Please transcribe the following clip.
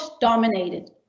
dominated